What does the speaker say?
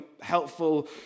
helpful